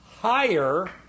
higher